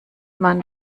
man